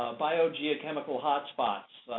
biogeochemical hotspots,